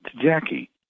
Jackie